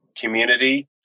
community